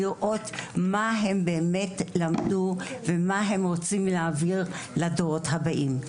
לראות מה הם באמת למדו ומה הם רוצים להעביר לדורות הבאים.